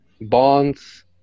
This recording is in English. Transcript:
bonds